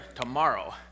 tomorrow